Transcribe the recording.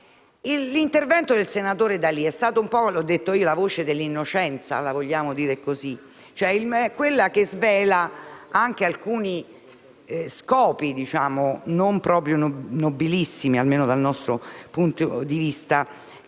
L'intervento del senatore D'Alì è stata - così l'ho definito - la voce dell'innocenza, se la vogliamo dire così, quella che svela anche alcuni scopi non proprio nobilissimi, almeno dal nostro punto di vista,